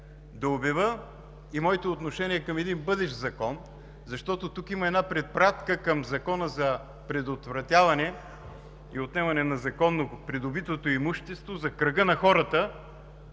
да обявя и моето отношение към един бъдещ закон, защото тук има една препратка към Закона за предотвратяване и отнемане на законно придобитото имущество за кръга на хората,